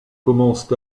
commencent